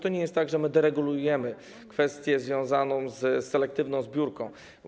To nie jest tak, że deregulujemy kwestię związaną z selektywną zbiórką.